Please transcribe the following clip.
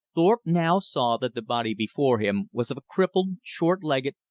thorpe now saw that the body before him was of a cripple, short-legged,